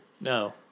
No